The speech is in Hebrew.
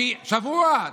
שבוע.